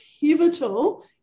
pivotal